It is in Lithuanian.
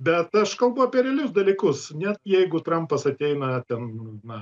bet aš kalbu apie realius dalykus net jeigu trampas ateina ten na